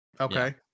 okay